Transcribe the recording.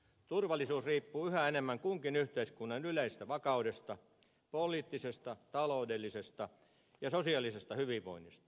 turvallisuus riippuu yhä enemmän kunkin yhteiskunnan yleisestä vakaudesta poliittisesta taloudellisesta ja sosiaalisesta hyvinvoinnista